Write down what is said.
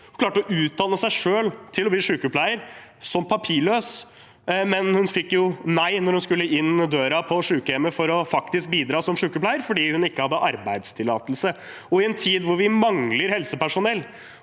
klarte å utdanne seg til å bli sykepleier, men som fikk nei da hun skulle inn døra på sykehjemmet for å bidra som sykepleier fordi hun ikke hadde arbeidstillatelse. I en tid da vi mangler helsepersonell,